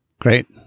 great